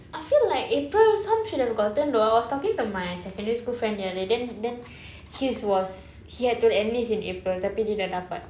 I feel like april some should have gotten though I was talking to my secondary school friend the other day then then his was he had to enlist in april tapi dia dah dapat